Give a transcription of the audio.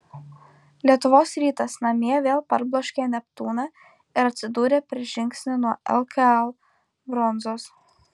lietuvos rytas namie vėl parbloškė neptūną ir atsidūrė per žingsnį nuo lkl bronzos